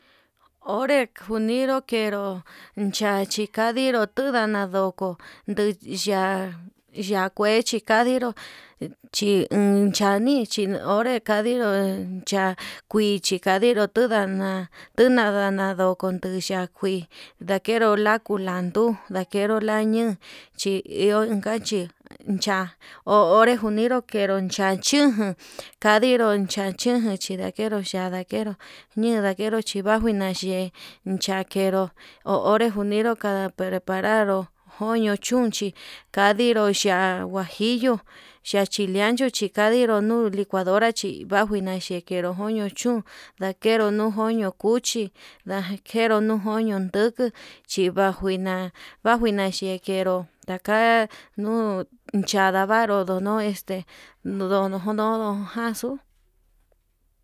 Onre njuniru kenró xhachi ka'a ñinduu tuu nana ndoko nuu yaa ya'á kue chi kandiró, chi ndun chani chí onré kandiró chi ya kuii kandiró tundana tudana ko konduxhia, akuii ndakenru la kulandu tuu lakenro ñanña chi iho unka chí cha'a ho onre junido ke'e knero cha chún kanditu cha chiun chindakero cha'a ndakero ñii ndakero chi njuaju ña'a ye'e yakenruu huu onre njunido kada prepararó koño chún chí, kandiro ya'á huajillo ya'á chile ancho chi kandiró nuu licuadora chí bajuina chindakeru kuño chun ndakeru nuu koño cuchi, ndakero nuu joño ndukuu chi vajuina vajuina ye'e ndakeru ndaka nuu chandavaru nduno'o este ndono ndono jaxuu.